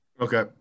Okay